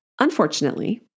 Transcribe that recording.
Unfortunately